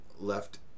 left